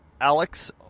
Alex